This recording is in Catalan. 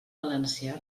valencià